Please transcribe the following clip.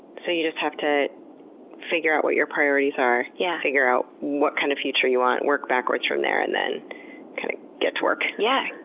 so you just have to figure out what your priorities are, yeah figure out what kind of future you want, work backwards from there, and then kind of get to work. yeah.